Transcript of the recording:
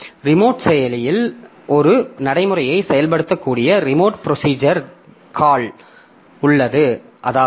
remote செயலியில் ஒரு நடைமுறையை செயல்படுத்தக்கூடிய ரிமோட் ப்ரோஸிஜர் காள் உள்ளது